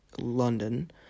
London